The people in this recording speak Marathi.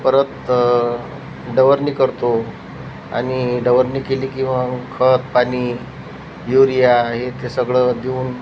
परत डवरणी करतो आणि डवरणी केली की मग खत पाणी युरिया हे ते सगळं देऊन